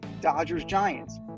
Dodgers-Giants